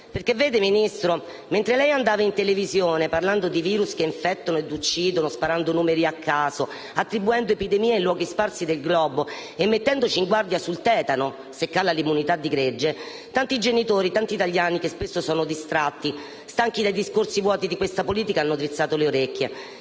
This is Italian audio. Vede, Ministro, mentre lei andava in televisione, parlando di *virus* che infettano ed uccidono, sparando numeri a caso, attribuendo epidemie in luoghi sparsi del globo e mettendoci in guardia sul tetano, se cala l'immunità di gregge, tanti genitori, tanti italiani che spesso sono distratti, stanchi dei discorsi vuoti di questa politica, hanno drizzato le orecchie.